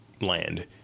land